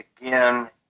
again